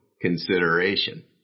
consideration